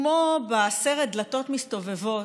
כמו בסרט "דלתות מסתובבות",